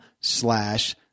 slash